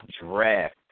draft